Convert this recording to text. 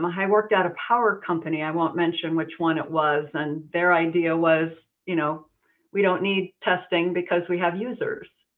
i worked at a power company. i won't mention which one it was. and their idea was, you know we don't need testing because we have users.